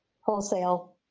wholesale